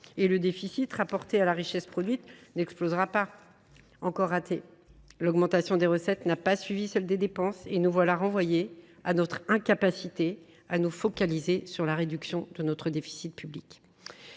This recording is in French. et le déficit, rapporté à la richesse produite, n’explosera pas ! Encore raté… L’augmentation des recettes n’a pas suivi celle des dépenses et nous voilà renvoyés à notre incapacité à nous focaliser sur la réduction de notre déficit public